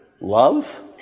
Love